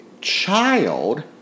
child